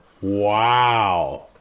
Wow